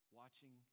watching